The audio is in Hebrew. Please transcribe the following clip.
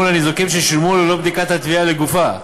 לניזוקים שולמו ללא בדיקת התביעה לגופה.